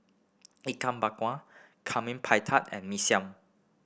Ikan Bakar pie tee and Mee Siam